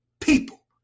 people